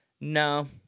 No